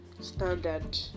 standard